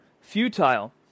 futile